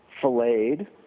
filleted